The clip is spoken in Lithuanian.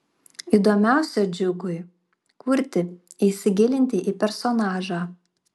įdomiausia džiugui kurti įsigilinti į personažą